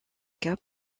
cas